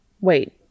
Wait